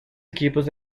equipos